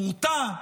הוא מורתע,